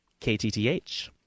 KTTH